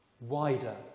wider